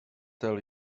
tell